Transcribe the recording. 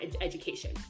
education